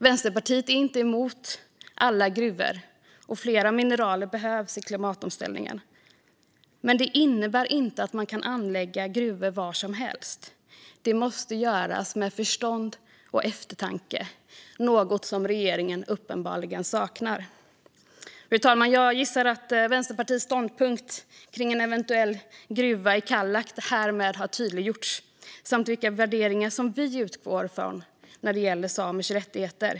Vänsterpartiet är inte emot alla gruvor, och flera mineraler behövs i klimatomställningen, men det innebär inte att man kan anlägga gruvor var som helst. Det måste göras med förstånd och eftertanke, något som regeringen uppenbarligen saknar. Fru talman! Jag gissar att det härmed har tydliggjorts vad Vänsterpartiet har för ståndpunkt om en eventuell gruva i Kallak samt vilka värderingar vi utgår från när det gäller samers rättigheter.